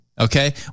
Okay